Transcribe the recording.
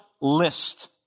list